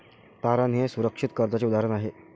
तारण हे सुरक्षित कर्जाचे उदाहरण आहे